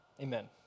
Amen